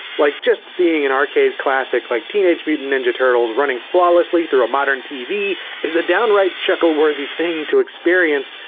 like, just seeing an arcade classic like teenage mutant ninja turtles running flawlessly through a modern tv is a downright chuckle-worthy thing to experience,